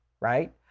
right